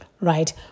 right